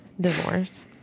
Divorce